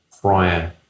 prior